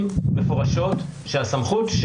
ששמענו מפרופ' דותן,